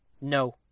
No